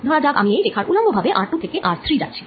ধরাযাক আমি এই রেখার উল্লম্ব ভাবে r2 থেকে r3 যাচ্ছি